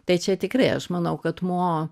tai čia tikrai aš manau kad mo